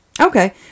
Okay